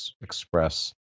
express